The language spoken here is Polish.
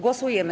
Głosujemy.